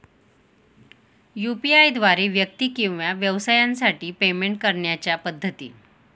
UPI द्वारे व्यक्ती किंवा व्यवसायांसाठी पेमेंट करण्याच्या पद्धती